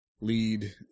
lead